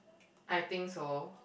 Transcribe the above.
I think so